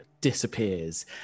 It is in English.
disappears